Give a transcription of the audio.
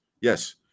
Yes